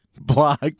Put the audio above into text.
block